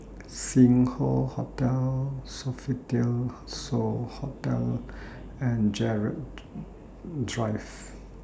Sing Hoe Hotel Sofitel So Hotel and Gerald Drive